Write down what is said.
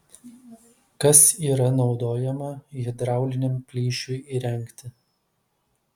kas yra naudojama hidrauliniam plyšiui įrengti